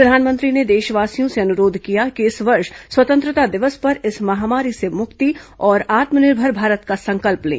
प्रधामनंत्रो ने देशवासियों ने अनुरोध किया कि इस वर्ष स्वतंत्रता दिवस पर इस महामारी से मुक्ति और आत्मनिर्भर भारत का संकल्प लें